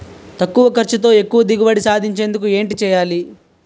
తక్కువ ఖర్చుతో ఎక్కువ దిగుబడి సాధించేందుకు ఏంటి చేయాలి?